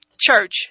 church